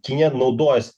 kinija naudojas